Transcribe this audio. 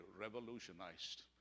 revolutionized